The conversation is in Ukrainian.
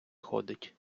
ходить